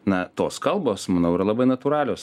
na tos kalbos manau yra labai natūralios